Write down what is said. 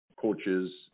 coaches